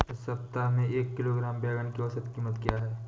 इस सप्ताह में एक किलोग्राम बैंगन की औसत क़ीमत क्या है?